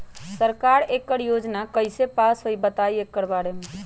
सरकार एकड़ योजना कईसे पास होई बताई एकर बारे मे?